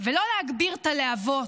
ולא להגביר את הלהבות,